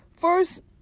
first